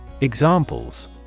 Examples